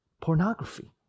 pornography